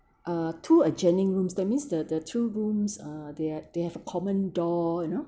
uh two adjoining rooms that means the the two rooms uh they have they have a common door you know